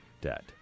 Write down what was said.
debt